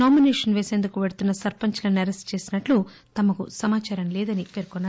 nomination వేసేందుకు వెళ్తున్న సర్పంచులను అరెస్టు చేసినట్లు తమకు సమాచారం లేదని పేర్కొన్నారు